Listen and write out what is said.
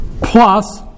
plus